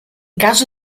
caso